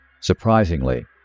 Surprisingly